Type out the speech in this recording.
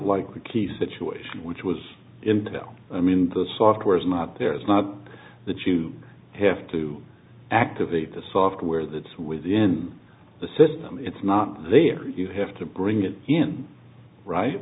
like a key situation which was him to go i mean the software is not there it's not the to have to activate the software that's within the system it's not there you have to bring it in right